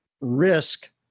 risk